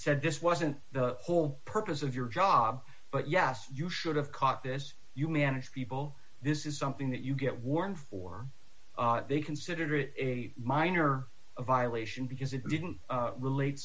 said this wasn't the whole purpose of your job but yes you should have caught this you manage people this is something that you get warm for they considered it a minor violation because it didn't relate